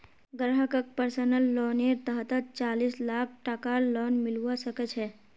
ग्राहकक पर्सनल लोनेर तहतत चालीस लाख टकार लोन मिलवा सके छै